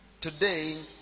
Today